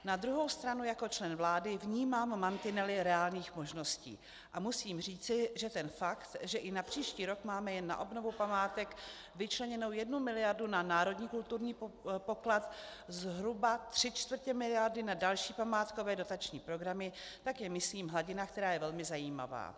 Na druhou stranu jako člen vlády vnímám mantinely reálných možností a musím říci, že ten fakt, že i na příští rok máme jen na obnovu památek vyčleněnu jednu miliardu na národní kulturní poklad, zhruba tři čtvrtě miliardy na další památkové dotační programy, tak je to, myslím, hladina, která je velmi zajímavá.